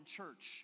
church